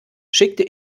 schickte